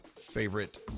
favorite